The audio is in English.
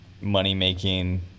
money-making